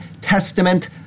Testament